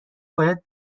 باید